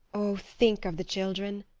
oh think of the children!